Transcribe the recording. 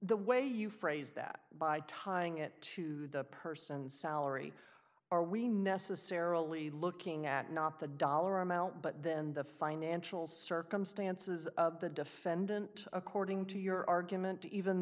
the way you phrase that by tying it to the person's salary are we necessarily looking at not the dollar amount but then the financial circumstances of the defendant according to your argument even